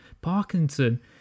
Parkinson